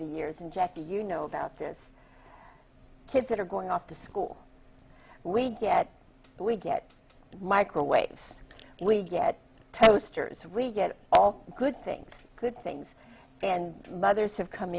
the years and jackie you know about this kids that are going off to school we get we get microwaves we get toasters we get all the good things good things and mothers have come